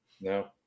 No